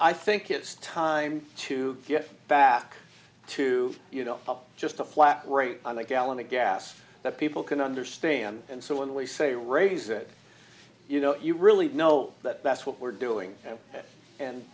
i think it's time to get back to you know just a flat rate on a gallon of gas that people can understand and so when we say raise it you know you really know that that's what we're doing and